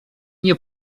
nie